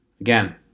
Again